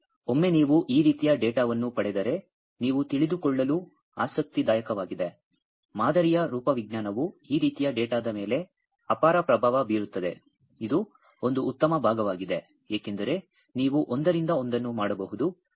ಆದರೆ ಒಮ್ಮೆ ನೀವು ಈ ರೀತಿಯ ಡೇಟಾವನ್ನು ಪಡೆದರೆ ನೀವು ತಿಳಿದುಕೊಳ್ಳಲು ಆಸಕ್ತಿದಾಯಕವಾಗಿದೆ ಮಾದರಿಯ ರೂಪವಿಜ್ಞಾನವು ಈ ರೀತಿಯ ಡೇಟಾದ ಮೇಲೆ ಅಪಾರ ಪ್ರಭಾವ ಬೀರುತ್ತದೆ ಇದು ಒಂದು ಉತ್ತಮ ಭಾಗವಾಗಿದೆ ಏಕೆಂದರೆ ನೀವು ಒಂದರಿಂದ ಒಂದನ್ನು ಮಾಡಬಹುದು